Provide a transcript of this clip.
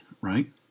right